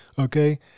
okay